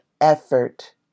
effort